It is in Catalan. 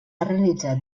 realitzat